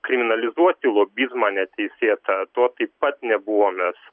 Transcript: kriminalizuoti lobizmą neteisėtą to taip pat nebuvo mes